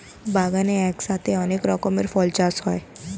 বাগানে একসাথে অনেক রকমের ফল চাষ হয়